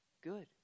good